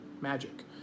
magic